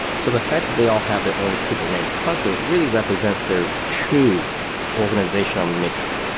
so the fact that they all have their own kubernetes clusters really represents their true organizational makeup.